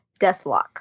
Deathlock